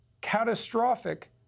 catastrophic